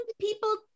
people